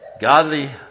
godly